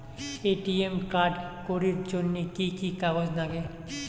ATM card করির জন্যে কি কি কাগজ নাগে?